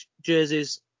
jerseys